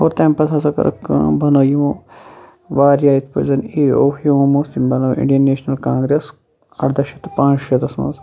اور تمہِ پَتہٕ ہَسہَ کٔرٕکھ کٲم بَنٲو یِمو واریاہ یِتھ پٲٹھۍ زَن اے او ہیوم اوس تمۍ بَنٲو اِنڈیَن نیشنَل کانٛگریٚس اَردَہہ شَتھ تہٕ پانٛژھ شیٖتَس مَنٛز